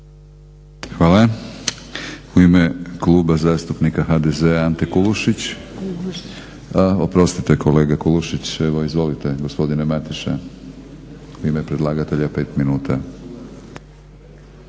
Hvala. U ime Kluba zastupnika HDZ-a Ante Kulušić. A oprostite kolega Kulušić, evo izvolite gospodine Mateša. U ime predlagatelja 5 minuta.